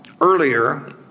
earlier